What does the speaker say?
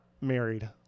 married